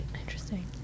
Interesting